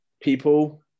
people